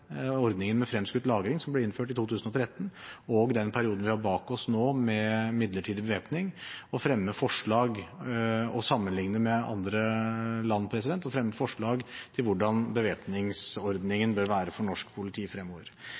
ordningen med fremskutt lagring, som ble innført i 2013, og den perioden vi har bak oss nå med midlertid bevæpning, og sammenligne med andre land og fremme forslag til hvordan bevæpningsordningen bør være for norsk politi fremover.